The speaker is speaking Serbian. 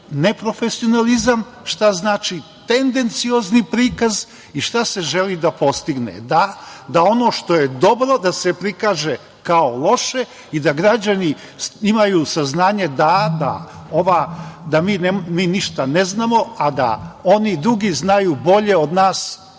neprofesionalizam, šta znači tendenciozni prikaz i šta se želi da postigne – da ono što je dobro, da se prikaže kao loše i da građani imaju saznanje da mi ništa ne znamo a da oni drugi znaju bolje od nas i